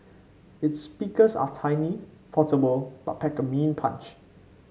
its speakers are tiny portable but pack a mean punch